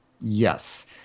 Yes